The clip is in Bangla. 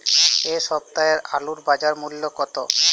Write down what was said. এ সপ্তাহের আলুর বাজার মূল্য কত?